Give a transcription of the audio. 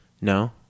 No